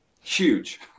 huge